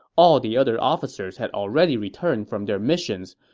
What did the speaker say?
all the other officers had already returned from their missions,